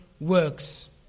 works